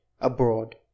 abroad